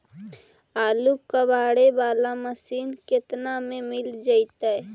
आलू कबाड़े बाला मशीन केतना में मिल जइतै?